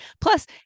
Plus